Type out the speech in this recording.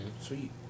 Sweet